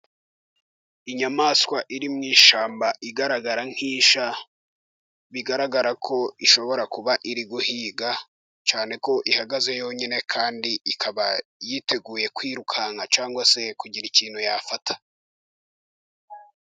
Inyamaswa iri mu ishyamba igaragara nk'isha, bigaragara ko ishobora kuba iri guhiga, cyane ko ihagaze yonyine kandi ikaba yiteguye kwirukanka cyangwa se kugira ikintu yafata.